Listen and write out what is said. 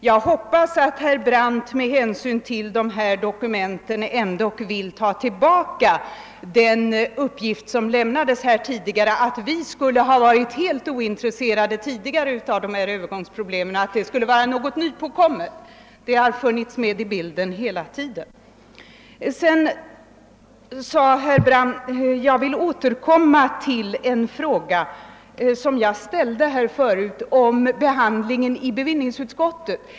Jag hoppas att herr Brandt med hänsyn till dessa dokument ändå vill ta tillbaka den uppgift som lämnades här, nämligen att vi på vårt håll tidigare skulle ha varit helt ointresserade av dessa övergångsproblem och att vårt intresse för dem skulle vara nytillkommet. Nej, intresset har funnits med i bilden hela tiden. Jag vill återkomma till en fråga som jag tidigare ställde under behandlingen i bevillningsutskottet.